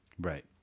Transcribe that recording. Right